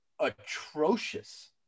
atrocious